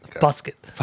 Basket